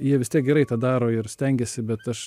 jie vis tiek gerai tą daro ir stengiasi bet aš